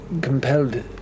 compelled